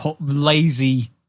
lazy